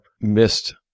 missed